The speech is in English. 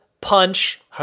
punch